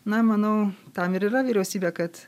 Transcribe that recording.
na manau tam ir yra vyriausybė kad